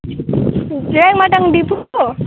Raimtang depot